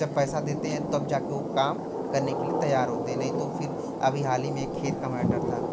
जब पैसा देते यहीं तब जा कर वो काम करने के लिए तैयार होते हैं नहीं तो फिर अभी हाल ही में एक खेत का मैटर था